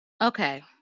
okay